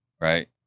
right